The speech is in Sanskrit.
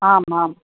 आम् आम्